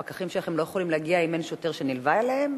הפקחים שלכם לא יכולים להגיע אם אין שוטר שנלווה אליהם,